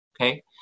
Okay